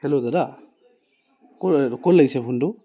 hello দাদা ক'ত লাগিছে ফোনটো